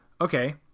Okay